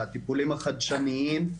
הטיפולים החדשניים,